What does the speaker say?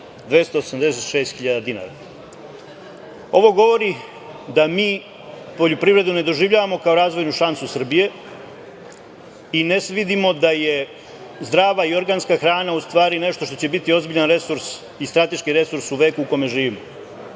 15.266.286.000 dinara. Ovo govori da mi poljoprivredu ne doživljavamo kao razvojnu šansu Srbije i ne vidimo da je zdrava i organska hrana u stvari nešto što će biti ozbiljan resurs i strateški resurs u veku u kome živimo